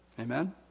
Amen